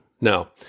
Now